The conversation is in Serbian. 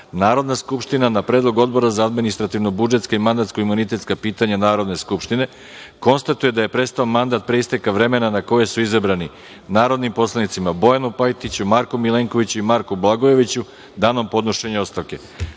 Narodna skupština, na predlog Odbora za administrativno-budžetska i mandatno-imunitetska pitanja Narodne skupštine, konstatuje da je prestao mandat pre isteka vremena na koje su izabrani narodnim poslanicima Bojanu Pajtiću, Marku Milenkoviću i Marku Blagojeviću, danom podnošenja